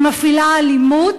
ומפעילה אלימות.